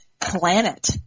planet